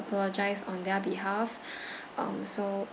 apologise on their behalf um so